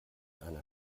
einer